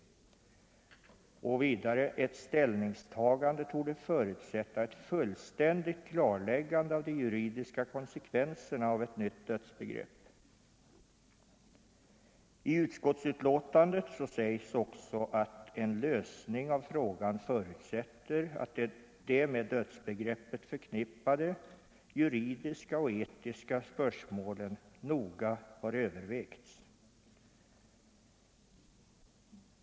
——— Ett ställningstagande torde förutsätta ett fullständigt klarläggande av de juridiska konsekvenserna av ett nytt dödsbegrepp.” I utskottsbetänkandet sägs att en lösning av frågan förutsätter att ”de med dödsbegreppet förknippade juridiska och etiska spörsmålen noga har övervägts”.